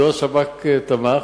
מדוע השב"כ תמך?